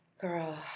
Girl